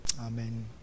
Amen